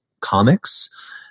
comics